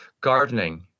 Gardening